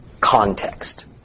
Context